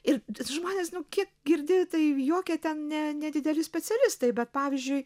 ir žmonės nu kiek girdi tai jokie ten ne nedideli specialistai bet pavyzdžiui